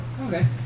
Okay